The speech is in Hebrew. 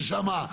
ששם,